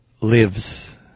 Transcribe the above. lives